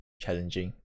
challenging